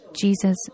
Jesus